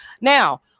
Now